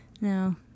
No